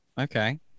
Okay